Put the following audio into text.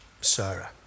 Sarah